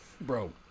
Bro